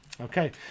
Okay